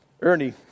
Ernie